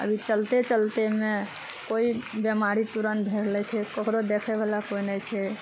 अभी चलते चलतेमे कोइ बेमारी तुरन्त भए गेलै ककरो देखै बला कोइ नहि छै